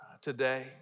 today